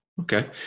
Okay